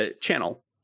channel